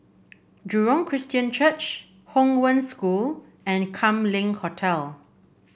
Jurong Christian Church Hong Wen School and Kam Leng Hotel